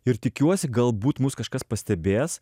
ir tikiuosi galbūt mus kažkas pastebės